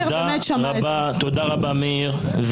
תודה רבה מאיר.